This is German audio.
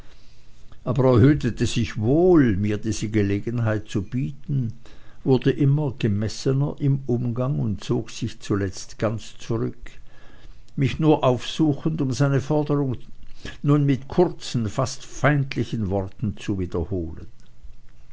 aber er hütete sich wohl mir diese gelegenheit zu bieten wurde immer gemessener im umgange und zog sich zuletzt ganz zurück mich nur aufsuchend um seine forderung nun mit kurzen fast feindlichen worten zu wiederholen